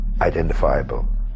identifiable